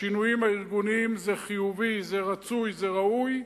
בשינויים הארגוניים, זה חיובי, זה רצוי, זה ראוי.